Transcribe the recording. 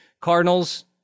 Cardinals